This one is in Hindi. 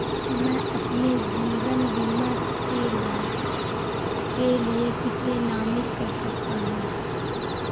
मैं अपने जीवन बीमा के लिए किसे नामित कर सकता हूं?